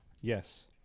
Yes